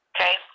Okay